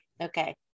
Okay